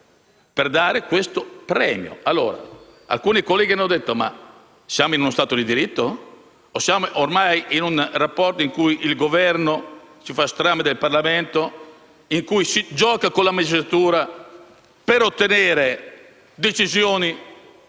per dare questo premio. Alcuni colleghi si sono chiesti se siamo in uno Stato di diritto o se siamo ormai in un rapporto in cui il Governo fa strame del Parlamento, in cui gioca con la magistratura, per ottenere decisioni